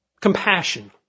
compassion